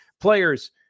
players